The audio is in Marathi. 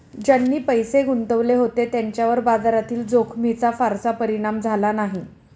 ज्यांनी पैसे गुंतवले होते त्यांच्यावर बाजारातील जोखमीचा फारसा परिणाम झाला नाही